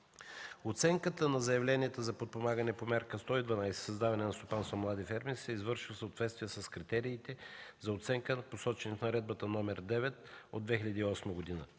Оценката на заявлението за подпомагане по Мярка 112 – „Създаване на стопанство на млади фермери” се извършва в съответствие с критериите за оценка, посочени в Наредба № 9 от 2008 г.